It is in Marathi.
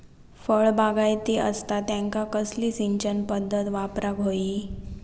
फळबागायती असता त्यांका कसली सिंचन पदधत वापराक होई?